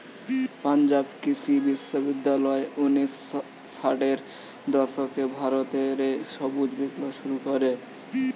পাঞ্জাব কৃষি বিশ্ববিদ্যালয় উনিশ শ ষাটের দশকে ভারত রে সবুজ বিপ্লব শুরু করে